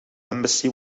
embassy